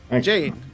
Jade